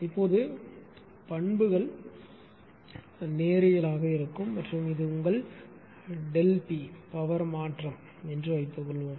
இப்போது பண்புகள் நேரியல் மற்றும் இது உங்கள் ΔP பவர் மாற்றம் என்று வைத்துக்கொள்வோம்